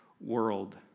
world